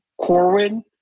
Corwin